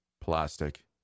plastic